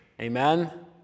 Amen